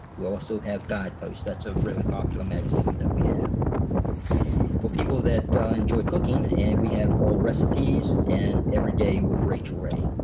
will also have guidepost that's a really popular magazine that we have for people that enjoy cooking. and we have all recipes and day with rachael ray.